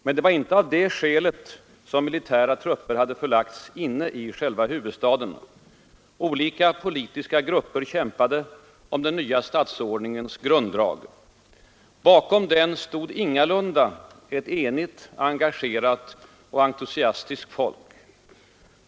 Men det var inte av det skälet som militära trupper hade förlagts inne i själva huvudstaden. Olika politiska grupper kämpade om den nya statsordningens grunddrag. Bakom den stod ingalunda ett enigt, engagerat och entusiastiskt folk.